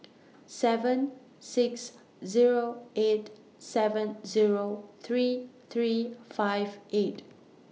seven six Zero eight seven Zero three three five eight